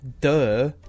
duh